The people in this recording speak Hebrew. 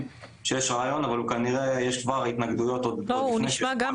שיש רעיון אבל כנראה יש כבר התנגדויות עוד לפני כן.